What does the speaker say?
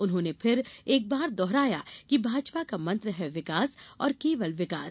उन्होंने फिर एकबार दोहराया की भाजपा का मंत्र है विकास और केवल विकास